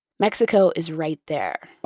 mexico is right there.